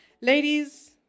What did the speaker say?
Ladies